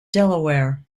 delaware